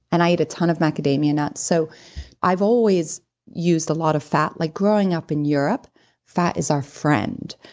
and i eat a ton of macadamia nuts. nuts. so i've always used a lot of fat. like growing up in europe fat is our friend.